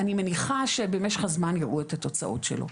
אני מניחה שבמשך הזמן יראו את התוצאות שלו.